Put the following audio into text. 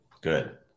Good